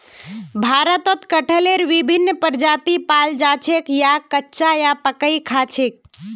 भारतत कटहलेर विभिन्न प्रजाति पाल जा छेक याक कच्चा या पकइ खा छेक